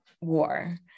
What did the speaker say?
war